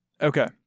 Okay